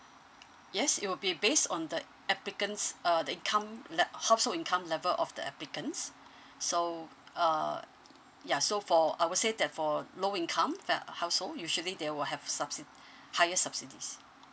yes it will be based on the applicants uh the income le~ household income level of the applicants so uh ya so for I would say that for low income fa~ household usually they will have subsi~ higher subsidies